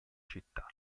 città